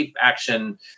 action